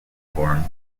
forms